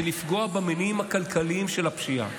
זה לפגוע במניעים הכלכליים של הפשיעה.